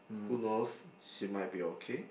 who knows she might be okay